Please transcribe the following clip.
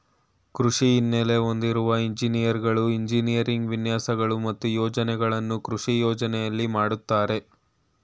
ಕೃಷಿ ಹಿನ್ನೆಲೆ ಹೊಂದಿರುವ ಎಂಜಿನಿಯರ್ಗಳು ಎಂಜಿನಿಯರಿಂಗ್ ವಿನ್ಯಾಸಗಳು ಮತ್ತು ಯೋಜನೆಗಳನ್ನು ಕೃಷಿ ಯೋಜನೆಯಲ್ಲಿ ಮಾಡ್ತರೆ